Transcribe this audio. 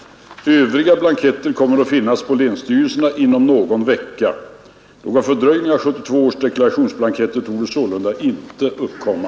Övriga blanketter kommer att finnas på länsstyrelserna inom någon vecka. Någon fördröjning av 1972 års deklarationsblanketter torde således inte uppkomma.